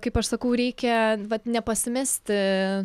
kaip aš sakau reikia vat nepasimesti